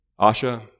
Asha